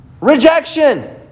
Rejection